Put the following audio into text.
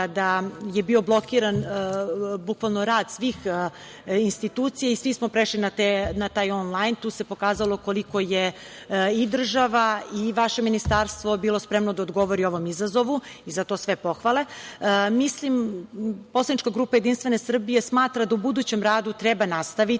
kada je bio blokiran bukvalno rad svih institucija i svi smo prešli na taj onlajn. Tu se pokazalo koliko je i država i vaše ministarstvo bilo spremno da odgovori ovom izazovu i za to sve pohvale. Poslanička grupa Jedinstvene Srbije smatra da u budućem radu treba nastaviti